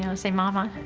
and say, mama,